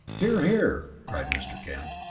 hear, hear! cried mr. kent.